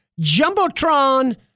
Jumbotron